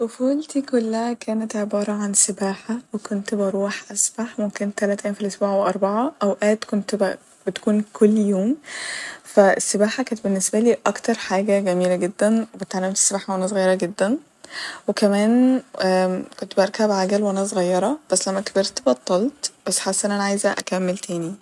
طفولتي كلها كانت عبارة عن سباحة وكنت بروح أسبح ممكن تلت أيام ف الأسبوع أو أربعة أوقات كنت بتكون كل يوم ف السباحة كانت باللنسبالي أكتر حاجة جميلة جدا واتعلمت السباحة وانا صغيرة جدا وكمان كنت بركب عجل وأنا صغير بس لما كبرت بطلت بس حاسه ان أنا عايزه أكمل تاني